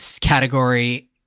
category